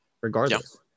regardless